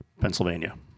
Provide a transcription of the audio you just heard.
Pennsylvania